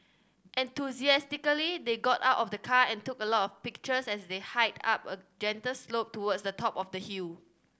enthusiastically they got out of the car and took a lot of pictures as they hiked up a gentle slope towards the top of the hill